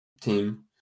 team